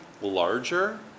larger